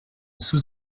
sous